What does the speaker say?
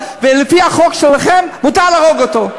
ולפי החוק שלכם, מותר להרוג אותו.